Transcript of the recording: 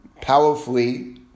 powerfully